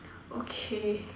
okay